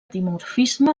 dimorfisme